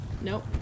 Nope